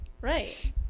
Right